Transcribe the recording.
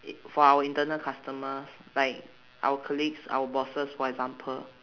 i~ for our internal customers like our colleagues our bosses for example